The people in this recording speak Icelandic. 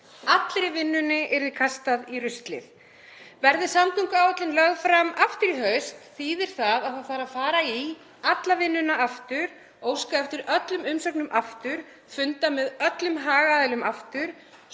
allri vinnunni yrði kastað í ruslið. Verði samgönguáætlun lögð fram aftur í haust þýðir það að það þarf að fara í alla vinnuna aftur, óska eftir öllum umsögnum aftur, funda með öllum hagaðilum aftur